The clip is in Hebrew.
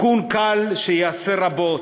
תיקון קל שיעשה רבות.